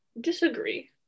disagree